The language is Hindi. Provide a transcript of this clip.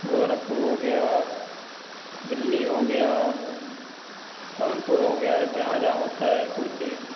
गोरखपुर हो गया दिल्ली हो गया कानपुर हो गया जहाँ जहाँ होता है कबड्डी